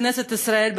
בכנסת ישראל,